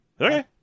Okay